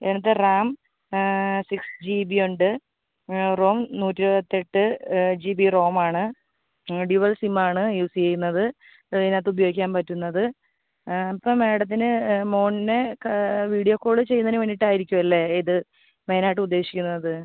ഇതിനകത്ത് RAM six G B and ആ ROM നൂറ്റിഇരുപത്തെട്ട് ജീ ബി റോമാണ് ഡ്യൂവൽ സിമ്മാണ് യൂസ് ചെയ്യുന്നത് ഇപ്പം ഇതിനകത്ത് ഉപയോഗിക്കാൻ പറ്റുന്നത് ഇപ്പം മേഡത്തിന് മോനെ കാ വീഡിയോ കോള് ചെയ്യുന്നതിന് വേണ്ടിയിട്ടായിരിക്കുമല്ലേ ഇത് മെയ്നായിട്ട് ഉദ്ദേശിക്കുന്നത്